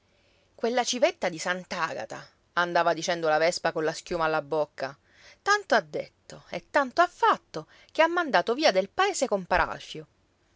quella civetta di sant'agata andava dicendo la vespa colla schiuma alla bocca tanto ha detto e tanto ha fatto che ha mandato via del paese compar alfio